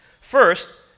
First